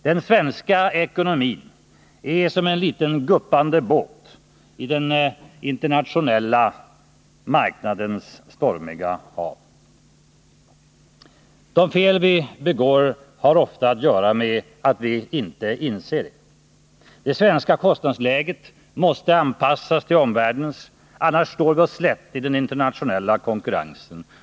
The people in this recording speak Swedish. Den svenska ekonomin är som en liten guppande båt på den internationella marknadens stormiga hav. De fel vi begår har ofta att göra med att vi inte inser det. Det svenska kostnadsläget måste anpassas till omvärldens; annars står vi oss slätt i den internationella konkurrensen.